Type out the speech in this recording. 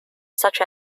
such